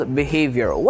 behavior